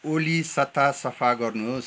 ओली सतह सफा गर्नुहोस्